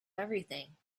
everything